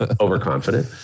overconfident